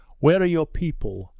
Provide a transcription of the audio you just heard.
where are your people?